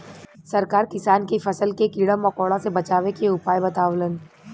सरकार किसान के फसल के कीड़ा मकोड़ा से बचावे के उपाय बतावलन